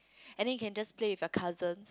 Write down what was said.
and then you can just play with your cousin